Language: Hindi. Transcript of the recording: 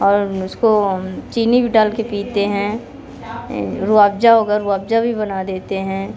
और उसको चीनी भी डाल के पीते हैं रूहअफ़जा हो गया रूहअफ़जा भी बना देते हैं